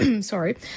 sorry